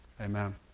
amen